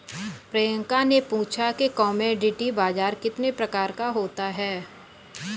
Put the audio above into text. प्रियंका ने पूछा कि कमोडिटी बाजार कितने प्रकार का होता है?